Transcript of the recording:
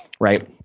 right